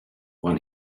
when